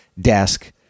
desk